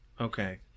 Okay